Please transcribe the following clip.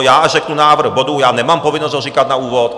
Já řeknu návrh bodu, já nemám povinnost ho říkat na úvod.